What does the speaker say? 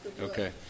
Okay